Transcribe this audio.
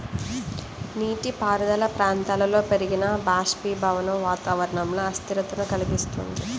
నీటిపారుదల ప్రాంతాలలో పెరిగిన బాష్పీభవనం వాతావరణంలో అస్థిరతను కలిగిస్తుంది